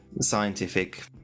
scientific